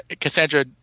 cassandra